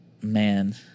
man